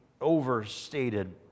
overstated